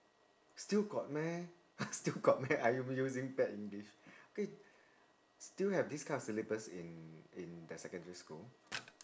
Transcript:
still got meh still got meh I'm using bad english okay still have this kind of syllabus in in the secondary school